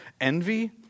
envy